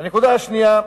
הנקודה השנייה,